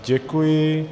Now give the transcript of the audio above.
Děkuji.